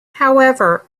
however